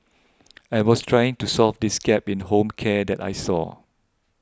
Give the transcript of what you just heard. I was trying to solve this gap in home care that I saw